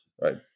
right